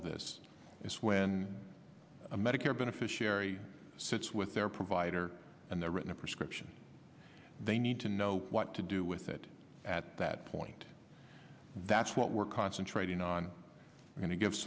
of this is when a medicare beneficiary sits with their provider and they're written a prescription they need to know what to do with it at that point that's what we're concentrating on going to give